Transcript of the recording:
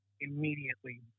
immediately